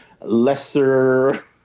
lesser